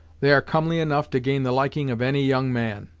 they are comely enough to gain the liking of any young man,